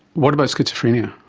what about schizophrenia?